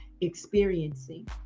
experiencing